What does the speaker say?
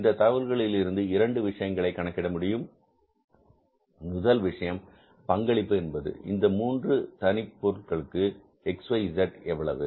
இந்தத் தகவல்களில் இருந்து இரண்டு விஷயங்களை கணக்கிட முடியும் முதல் விஷயம் பங்களிப்பு என்பது இந்த மூன்று தனிப் பொருட்களுக்கு X Y Z எவ்வளவு